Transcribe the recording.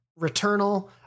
Returnal